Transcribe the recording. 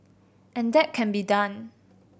and that can be done